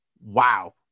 Wow